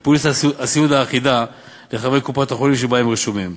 לפוליסת הסיעוד האחידה לחברי קופת-החולים שבה הם רשומים,